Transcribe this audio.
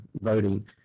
voting